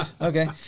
Okay